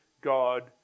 God